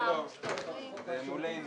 לא,